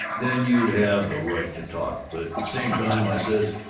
then you'd have the right to talk! but same time i says,